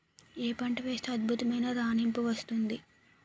ఏ పంట వేస్తే అద్భుతమైన రాణింపు వస్తుంది?